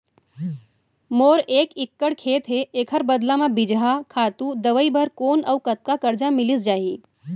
मोर एक एक्कड़ खेत हे, एखर बदला म बीजहा, खातू, दवई बर कोन अऊ कतका करजा मिलिस जाही?